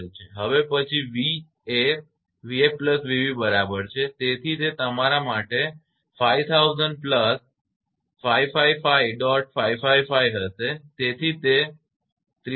હવે પછી 𝑣 એ 𝑣𝑓 𝑣𝑏 બરાબર છે તેથી તે તમારા 5000 555